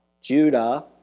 Judah